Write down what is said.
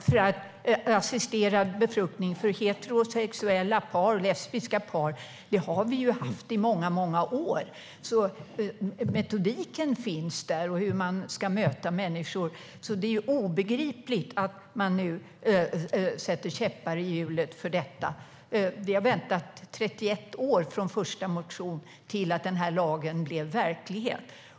Fru talman! Assisterad befruktning för heterosexuella och lesbiska par har vi haft i många år. Metodiken och kunskapen om hur man ska möta människor finns alltså där. Det är obegripligt att man nu sätter käppar i hjulet för detta. Vi har väntat i 31 år från den första motionen till att den här lagen blev verklighet.